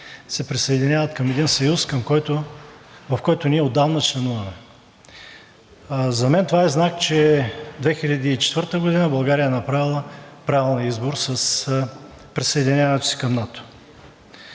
се присъединяват към един съюз, в който ние отдавна членуваме. За мен това е знак, че 2004 г. България е направила правилния избор с присъединяването си към НАТО.